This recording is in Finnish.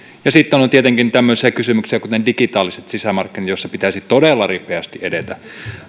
ja sitten on on tietenkin tämmöisiä kysymyksiä kuten digitaaliset sisämarkkinat joissa pitäisi todella ripeästi edetä